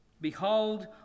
Behold